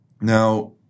Now